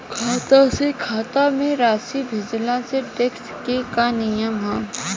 खाता से खाता में राशि भेजला से टेक्स के का नियम ह?